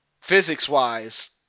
physics-wise